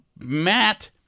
Matt